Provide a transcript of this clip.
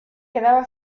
quedaba